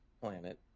planet